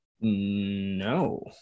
No